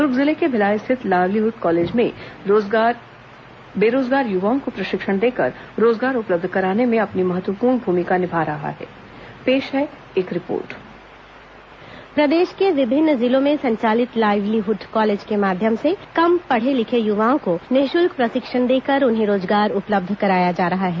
दूर्ग जिले के भिलाई स्थित लाइवलीहुड कॉलेज भी बेरोजगार युवाओं को प्रशिक्षण देकर रोजगार उपलब्ध कराने में अपनी महत्वपूर्ण भूमिका निभा रहा प्रदेश के विभिन्न जिलों में संचालित लाइवलीहुड कॉलेज के माध्यम से कम पढ़े लिखे युवाओं को निःशुल्क प्रशिक्षण देकर उन्हें रोजगार उपलब्ध कराया जा रहा है